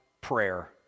prayer